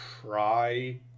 try